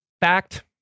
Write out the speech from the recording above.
fact